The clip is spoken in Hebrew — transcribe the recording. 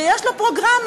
שיש לו פרוגרמה.